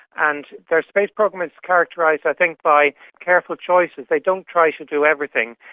and their space program is characterised i think by careful choices. they don't try to do everything.